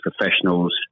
professionals